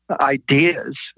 ideas